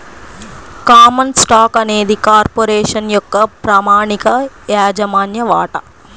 common stock అనేది corporation యొక్క ప్రామాణిక యాజమాన్య వాటా